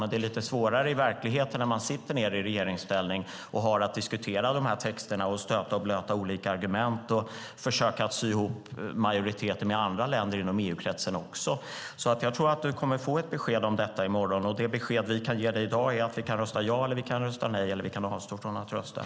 ", men det är lite svårare i verkligheten när man i regeringsställning har att diskutera texterna, stöta och blöta olika argument och försöka sy ihop majoriteter med andra länder i EU-kretsen. Jag tror att Urban Ahlin kommer att få ett besked i morgon. Det besked vi kan ge dig i dag är att vi kan rösta ja, nej eller avstå från att rösta.